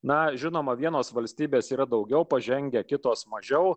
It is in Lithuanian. na žinoma vienos valstybės yra daugiau pažengę kitos mažiau